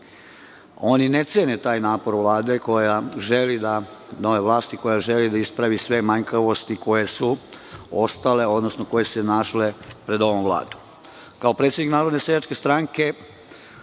Oni ne cene taj napor Vlade, nove vlasti, koja želi da ispravi sve manjkavosti koje su ostale, odnosno koje su se našle pred ovom vladom. Kao predsednik Narodne seljačke stranke,